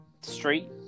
street